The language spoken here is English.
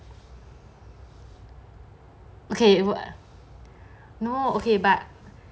okay but